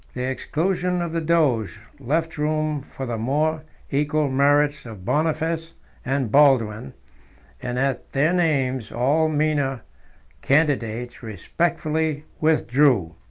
the exclusion of the doge left room for the more equal merits of boniface and baldwin and at their names all meaner candidates respectfully withdrew.